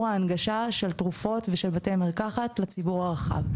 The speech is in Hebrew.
ההנגשה של תרופות ושל בתי מרקחת לציבור הרחב.